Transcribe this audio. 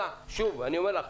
שוב אני אומר לך,